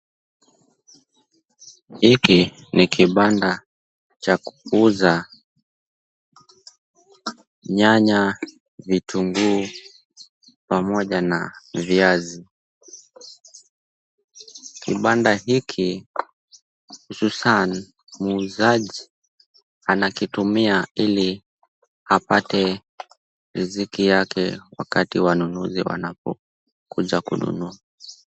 Hiki ni kibanda cha kuuza nyanya, vitunguu pamoja na viazi. Kibanda hiki hususan muuzaji anakitumia ili apate riziki yake wakati wanunuzi wanapo kuja kununua.